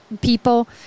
people